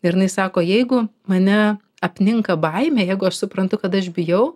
ir jinai sako jeigu mane apninka baimė jeigu aš suprantu kad aš bijau